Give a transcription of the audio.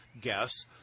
guess